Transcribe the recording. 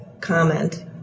comment